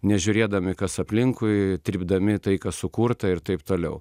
nežiūrėdami kas aplinkui trypdami tai kas sukurta ir taip toliau